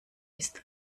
ist